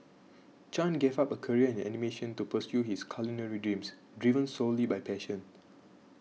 Chan gave up a career in animation to pursue his culinary dreams driven solely by passion